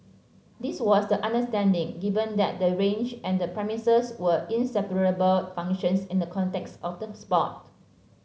this was the understanding given that the range and the premises were inseparable functions in the context of the sport